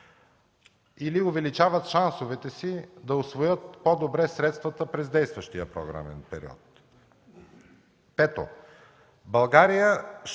или увеличават шансовете си да усвоят по-добре средствата през действащия програмен период.